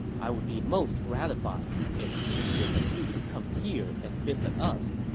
i would be most gratified if he would agree to come here and visit us.